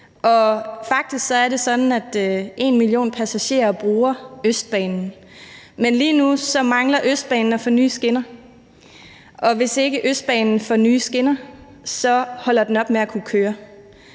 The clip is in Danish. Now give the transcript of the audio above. faktisk er det sådan, at 1 million passagerer bruger Østbanen, men lige nu mangler Østbanen at få nye skinner, og hvis ikke Østbanen får nye skinner, holder den op med at kunne køre.